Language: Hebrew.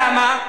למה?